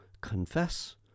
confess